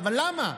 אבל למה?